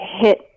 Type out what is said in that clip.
hit